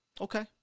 Okay